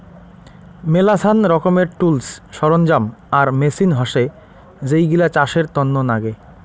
মেলাছান রকমের টুলস, সরঞ্জাম আর মেচিন হসে যেইগিলা চাষের তন্ন নাগে